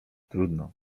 trudno